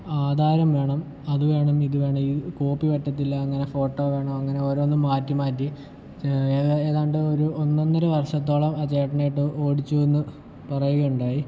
ആധാരം വേണം അത് വേണം ഇത് വേണം കോപ്പി പറ്റത്തില്ല അങ്ങനെ ഫോട്ടോ വേണം അങ്ങനെ ഓരോന്നും മാറ്റി മാറ്റി ഏതാണ്ടൊരു ഒന്നൊന്നര വർഷത്തോളം ആ ചേട്ടനെ ഇട്ട് ഓടിച്ചു എന്ന് പറയുകയുണ്ടായി